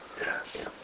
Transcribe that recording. Yes